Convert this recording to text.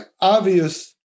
obvious